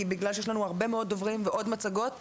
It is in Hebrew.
כי בגלל שיש לנו הרבה מאוד דוברים ועוד מצגות,